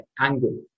angle